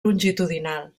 longitudinal